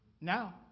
now